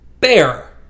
bear